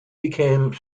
became